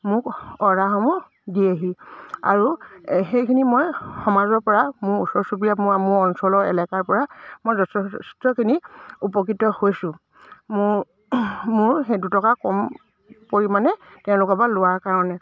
মোক অৰ্ডাৰসমূহ দিয়েহি আৰু সেইখিনি মই সমাজৰ পৰা মোৰ ওচৰ চুবুৰীয়া মই মোৰ অঞ্চলৰ এলেকাৰ পৰা মই যথেষ্টখিনি উপকৃত হৈছোঁ মোৰ মোৰ সেই দুটকা কম পৰিমাণে তেওঁলোকৰ পৰা লোৱাৰ কাৰণে